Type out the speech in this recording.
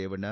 Revanna